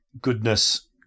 goodness